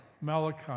Malachi